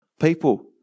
people